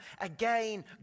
Again